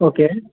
okay